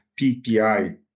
PPI